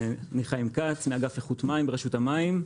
אני מאגף איכות מים ברשות המים.